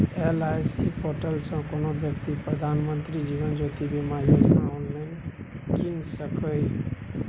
LIC portal सँ कोनो बेकती प्रधानमंत्री जीबन ज्योती बीमा योजना आँनलाइन कीन सकैए